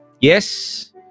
Yes